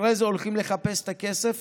אחרי זה הולכים לחפש את הכסף